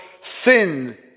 sin